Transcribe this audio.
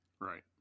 Right